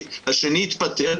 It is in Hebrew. השני התפטר.